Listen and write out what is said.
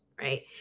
right